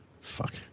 Fuck